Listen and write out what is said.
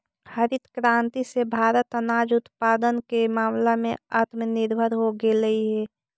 हरित क्रांति से भारत अनाज उत्पादन के मामला में आत्मनिर्भर हो गेलइ हे